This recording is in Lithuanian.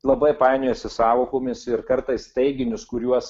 labai painiojasi sąvokomis ir kartais teiginius kuriuos